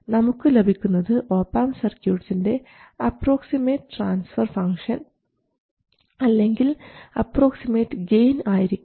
നമുക്കു ലഭിക്കുന്നത് ഒപാംപ് സർക്യൂട്ട്സിൻറെ അപ്രോക്സിമേറ്റ് ട്രാൻസ്ഫർ ഫംഗ്ഷൻ അല്ലെങ്കിൽ അപ്രോക്സിമേറ്റ് ഗെയിൻ ആയിരിക്കും